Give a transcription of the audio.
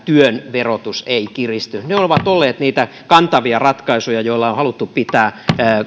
työn verotus ei kiristy ne ovat olleet niitä kantavia ratkaisuja joilla on on haluttu pitää